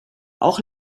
auch